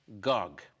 Gog